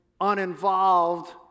uninvolved